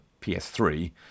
PS3